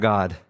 God